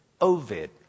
Ovid